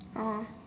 oh